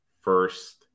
first